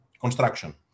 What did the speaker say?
construction